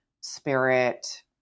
spirit